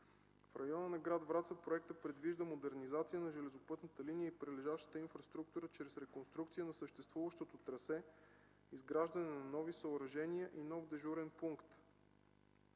В района на гр. Враца проектът предвижда модернизация на железопътната линия и прилежащата инфраструктура чрез реконструкция на съществуващото трасе, изграждане на нови съоръжения и нов дежурен пункт,